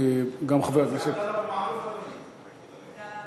זה עבדאללה אבו מערוף, אדוני.